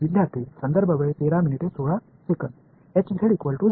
विद्यार्थीः